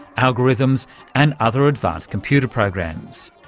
algorithms and other advanced computer programs.